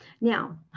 Now